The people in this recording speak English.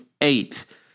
Eight